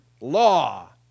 law